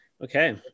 Okay